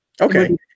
Okay